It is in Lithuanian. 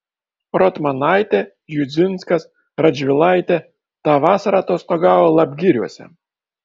rotmanaitė judzinskas radžvilaitė tą vasarą atostogavo lapgiriuose